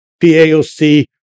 PAOC